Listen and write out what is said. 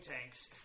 tanks